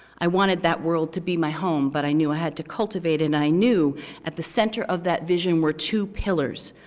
i wanted that world to be my home, but i knew i had to cultivate it, and i knew at the center of that vision were two pillars,